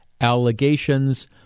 allegations